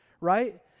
right